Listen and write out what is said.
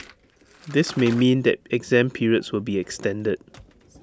this may mean that exam periods will be extended